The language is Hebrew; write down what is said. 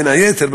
בין היתר,